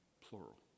Plural